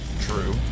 True